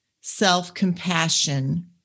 self-compassion